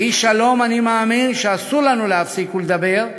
כאיש שלום אני מאמין שאסור לנו להפסיק לדבר,